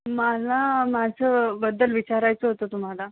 माला माझंबद्दल विचारायचं होतं तुम्हाला